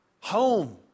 Home